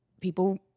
People